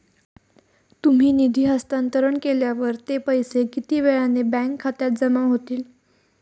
तुम्ही निधी हस्तांतरण केल्यावर ते पैसे किती वेळाने बँक खात्यात जमा होतील?